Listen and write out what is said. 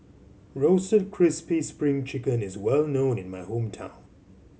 Roasted Crispy Spring Chicken is well known in my hometown